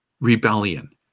rebellion